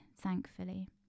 thankfully